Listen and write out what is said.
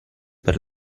per